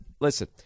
Listen